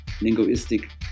linguistic